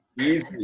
Easy